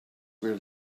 where